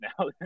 now